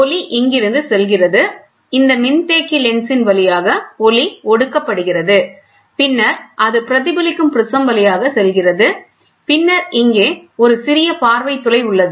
ஒளி இங்கிருந்து செல்கிறது இந்த மின்தேக்கி லென்ஸின் வழியாக ஒளி ஒடுக்கப்படுகிறது பின்னர் அது பிரதிபலிக்கும் ப்ரிஸம் வழியாக செல்கிறது பின்னர் இங்கே ஒரு சிறிய பார்வை துளை உள்ளது